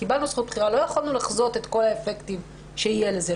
קיבלנו זכות בחירה ולא יכולנו לחזות את כל האפקטים שיהיו לזה.